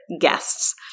guests